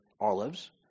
olives